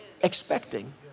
expecting